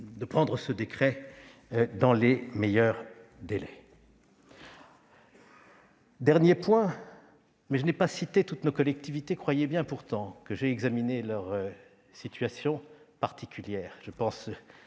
de prendre ce décret dans les meilleurs délais ? Je n'ai pas cité toutes nos collectivités. Croyez bien, pourtant, que j'ai examiné leur situation particulière.